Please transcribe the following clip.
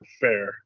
fair